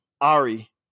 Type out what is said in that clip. Ari